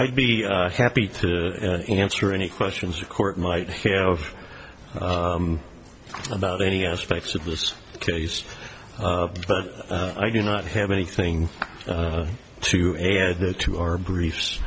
i'd be happy to answer any questions the court might have about any aspects of this case but i do not have anything to add that to our briefs